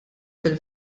fil